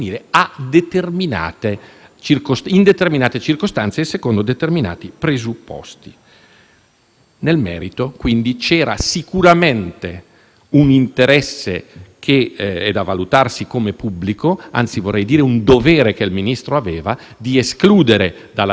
Nel merito, quindi, c'era sicuramente un interesse, che è da valutarsi come pubblico, anzi vorrei dire un dovere che il Ministro aveva di escludere dall'accesso nel nostro Paese cittadini stranieri che non avevano il diritto di entrarvi. Nel metodo,